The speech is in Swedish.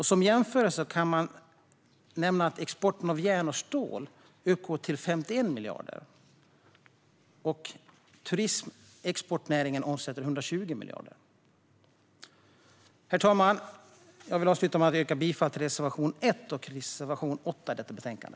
Som jämförelse kan man nämna att exporten av järn och stål uppgår till 51 miljarder, medan den utländska turismen är en exportnäring som alltså omsätter 120 miljarder. Herr talman! Jag vill avsluta med att yrka bifall till reservation 1 och reservation 8 i detta betänkande.